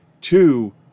Two